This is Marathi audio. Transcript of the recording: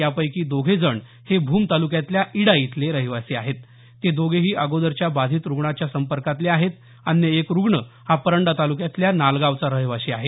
यापैकी दोघे जण हे भूम तालुक्यातल्या इडा इथले रहिवाशी आहेत ते दोघेही अगोदरच्या बाधित रुग्णाच्या संपर्कातले आहेत अन्य एक रुग्ण हा परंडा तालुक्यातल्या नालगावचा रहिवाशी आहे